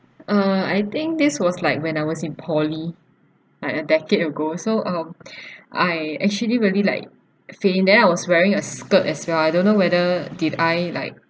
uh I think this was like when I was in poly like a decade ago so um I actually really like faint then I was wearing a skirt as well I don't know whether did I like